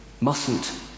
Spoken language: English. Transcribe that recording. Mustn't